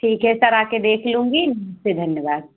ठीक हे सर आकर देख लूँगी नमस्ते धन्यवाद